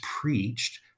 preached